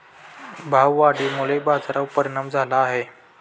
भाववाढीमुळे बाजारावर परिणाम झाला आहे